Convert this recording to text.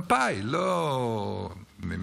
ממפא"י, לא מהמפד"ל.